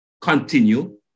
continue